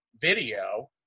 video